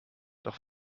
doch